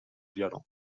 violon